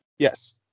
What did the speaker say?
Yes